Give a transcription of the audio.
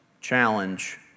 challenge